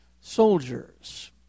soldiers